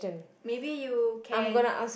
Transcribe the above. maybe you can